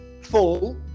full